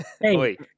hey